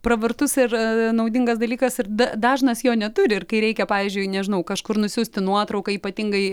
pravartus ir naudingas dalykas ir dažnas jo neturi ir kai reikia pavyzdžiui nežinau kažkur nusiųsti nuotrauką ypatingai